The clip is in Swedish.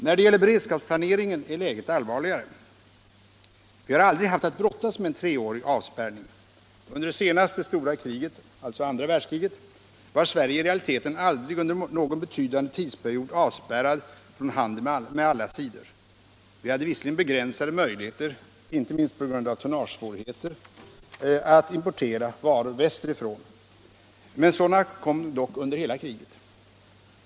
När det gäller beredskapsplaneringen är läget allvarligare. Vi har i vårt land aldrig haft att brottas med en treårig avspärrning. Under det senaste stora kriget, alltså andra världskriget, var Sverige i realiteten aldrig under någon betydande tidsperiod avspärrat från handel med alla sidor. Vi hade visserligen begränsade möjligheter - inte minst på grund av tonnagesvårigheter — att importera varor västerifrån, men sådana kom under hela kriget.